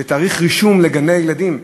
תאריך הרישום לגני-הילדים,